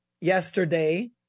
yesterday